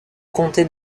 comté